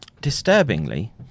disturbingly